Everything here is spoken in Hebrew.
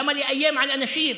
למה לאיים על אנשים?